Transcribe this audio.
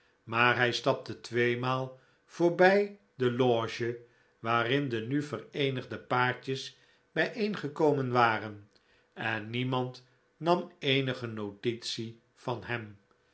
maar hij stapte tweemaal voorbij de loge waarin de nu vereenigde paartjes bijeengekomen waren en niemand nam eenige notitie van hem